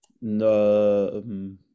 No